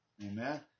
Amen